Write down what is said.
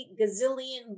gazillion